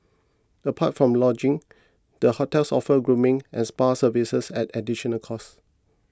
apart from lodgings the hotels offers grooming and spa services at additional cost